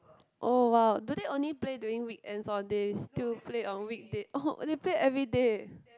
oh !wah! do they only play during weekends or they still play on weekday orh they play everyday